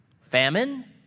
Famine